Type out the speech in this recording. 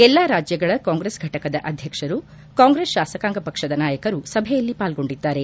ಎಲ್ಲಾ ರಾಜ್ಲಗಳ ಕಾಂಗ್ರೆಸ್ ಫಟಕದ ಅಧ್ಯಕ್ಷರು ಕಾಂಗ್ರೆಸ್ ಶಾಸಕಾಂಗ ಪಕ್ಷದ ನಾಯಕರು ಸಭೆಯಲ್ಲಿ ಪಾಲ್ಗೊಂಡಿದ್ದಾರೆ